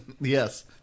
yes